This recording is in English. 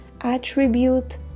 attribute